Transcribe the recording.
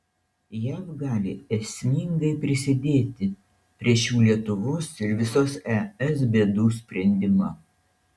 jav gali esmingai prisidėti prie šių lietuvos ir visos es bėdų sprendimo